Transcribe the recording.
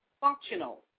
functional